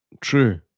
True